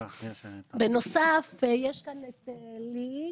בנוסף, נמצאת פה ליהי,